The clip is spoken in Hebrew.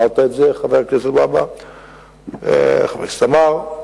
חבר הכנסת והבה וחבר הכנסת עמאר,